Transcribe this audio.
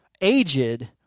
aged